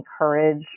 encourage